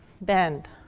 bend